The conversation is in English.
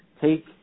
Take